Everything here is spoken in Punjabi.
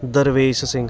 ਦਰਵੇਸ਼ ਸਿੰਘ